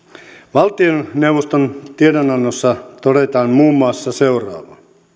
valtioneuvoston tiedonannossa todetaan muun muassa seuraavaa